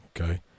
okay